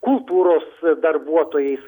kultūros darbuotojais